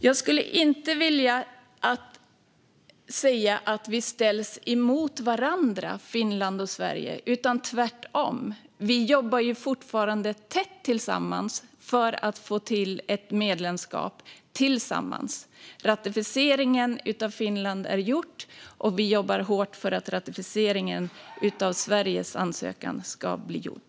Jag skulle inte vilja säga att Finland och Sverige ställs emot varandra - tvärtom jobbar länderna tätt tillsammans för att få till ett medlemskap tillsammans. Ratificeringen av Finlands ansökan är gjord, och vi jobbar hårt för att ratificeringen av Sveriges ansökan också ska bli gjord.